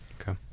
Okay